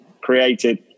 created